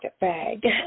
bag